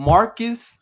Marcus